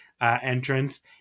entrance